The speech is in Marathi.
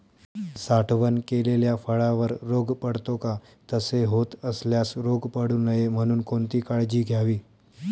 साठवण केलेल्या फळावर रोग पडतो का? तसे होत असल्यास रोग पडू नये म्हणून कोणती काळजी घ्यावी?